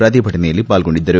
ಪ್ರತಿಭಟನೆಯಲ್ಲಿ ಪಾಲ್ಗೊಂಡಿದ್ದರು